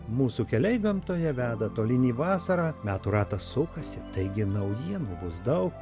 mūsų keliai gamtoje veda tolyn į vasarą metų ratas sukasi taigi naujienų bus daug